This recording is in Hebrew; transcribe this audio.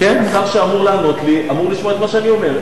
השר שאמור לענות לי אמור לשמוע את מה שאני אומר.